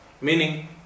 meaning